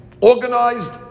organized